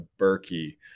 Berkey